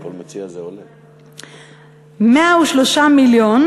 103 מיליון